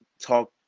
talk